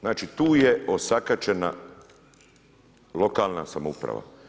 Znači tu je osakaćena lokalna samouprava.